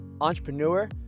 entrepreneur